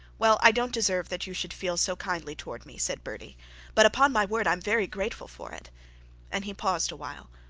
well, i don't deserve that you should feel so kindly towards me said bertie but upon my word i am very grateful for it and he paused awhile,